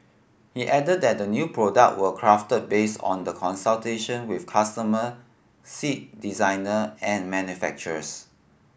he added that the new product were crafted based on the consultation with customer seat designer and manufacturers